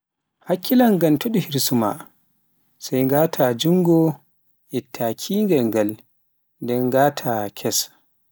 hakkilan ngam to di hirsumaa, sai ngaat junngo itta kiynga ngan, nden ghata kes.